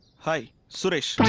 hi! suresh.